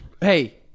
Hey